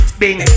bing